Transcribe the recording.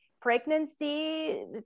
pregnancy